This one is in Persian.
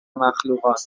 مخلوقات